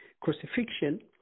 crucifixion